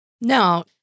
No